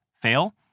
fail